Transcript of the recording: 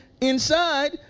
inside